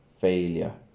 failure